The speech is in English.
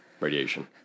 Radiation